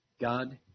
God